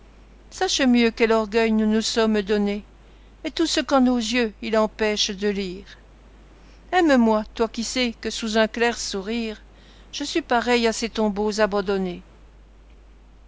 sache mieux quel orgueil nous nous sommes donnés et tout ce qu'en nos yeux il empêche de lire aime-moi toi qui sais que sous un clair sourire je suis pareille à ces tombeaux abandonnés